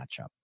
matchup